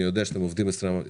אני יודע שאתם עובדים 24/7,